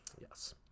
Yes